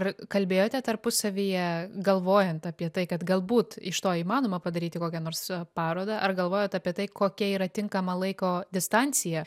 ar kalbėjote tarpusavyje galvojant apie tai kad galbūt iš to įmanoma padaryti kokią nors parodą ar galvojot apie tai kokia yra tinkama laiko distancija